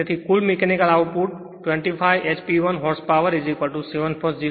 તેથી કુલ output 25 h p 1 horse power 746 watt છે